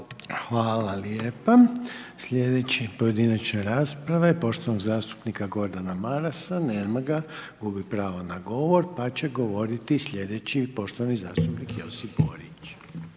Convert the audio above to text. Hvala lijepa, slijedeća pojedinačna rasprava je poštovanog zastupnika Gordana Marasa, nema ga, gubi pravo na govor, pa će govoriti slijedeći poštovani zastupnik Josip Borić.